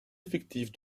effectifs